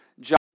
John